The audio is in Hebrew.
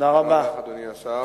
חבר הכנסת רוברט טיבייב שאל את שר